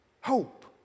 Hope